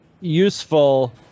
useful